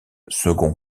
second